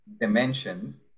dimensions